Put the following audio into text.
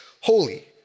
holy